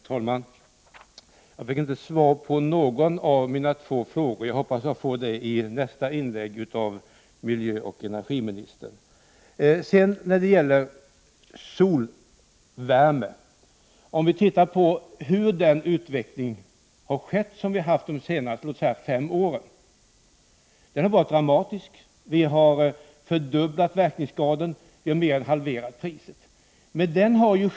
Herr talman! Jag fick inte svar på någon av mina två frågor. Jag hoppas att få det i miljöoch energiministerns nästa inlägg. Om vi nu ser på utvecklingen inom solvärmeområdet under de senaste fem åren kan vi konstatera att den varit dramatisk, att verkningsgraden fördubblats och att priset mer än halverats.